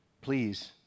Please